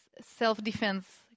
self-defense